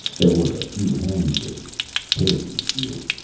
there were a few hands raised pitifully few.